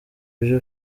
byo